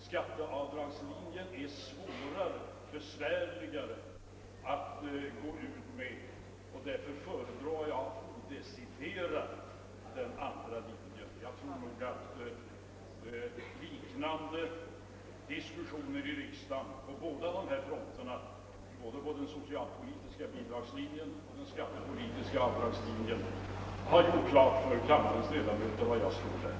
Skatteavdragslinjen är besvärligare att gå ut med och därför föredrar jag deciderat den andra linjen. Jag tror att liknande diskussioner i riksdagen i fråga om både den socialpolitiska bidragslinjen och den skattepolitiska avdragslinjen har klargjort min uppfattning för kammarens ledamöter.